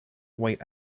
wait